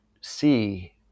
see